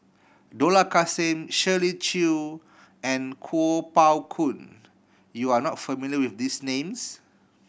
Dollah Kassim Shirley Chew and Kuo Pao Kun you are not familiar with these names